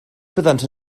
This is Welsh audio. byddant